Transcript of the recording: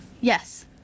Yes